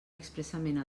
expressament